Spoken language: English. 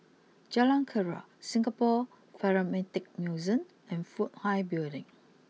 Jalan Keria Singapore Museum and Fook Hai Building